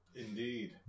indeed